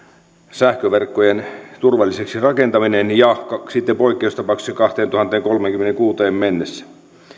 sähköverkkojen turvalliseksi rakentaminen ja sitten poikkeustapauksissa kaksituhattakolmekymmentäkuusieen mennessä